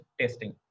testing